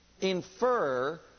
infer